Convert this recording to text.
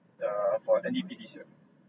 yeah err for N_D_P yeah